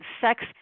sex